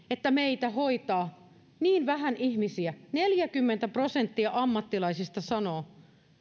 että meitä hoitaa niin vähän ihmisiä neljäkymmentä prosenttia ammattilaisista sanoo